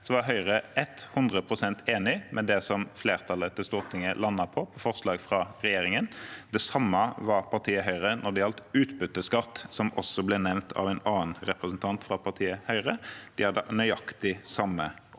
Høyre 100 pst. enig i det Stortingets flertall landet på etter forslag fra regjeringen. Det samme var partiet Høyre når det gjaldt utbytteskatt, som også ble nevnt av en annen representant fra partiet Høyre. De hadde nøyaktig samme opplegg.